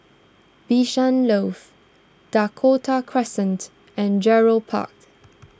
Bishan Loft Dakota Crescent and Gerald Park